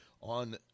on